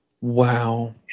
Wow